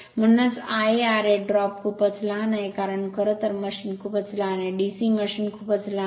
म्हणूनच Ia ra drop खूपच लहान आहे कारण खरं तर मशीन खूपच लहान आहे DC मशीन खूपच लहान आहे